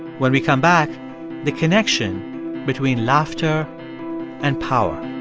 when we come back the connection between laughter and power